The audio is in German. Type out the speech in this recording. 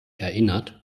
erinnert